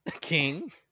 King